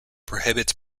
prohibits